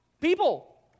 people